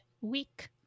week